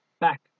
back